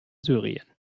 syrien